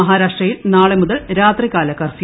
മഹാരാഷ്ട്രയിൽ നാളെ മുതൽ രാത്രികാല കർഫ്യു